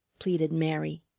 pleaded mary,